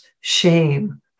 shame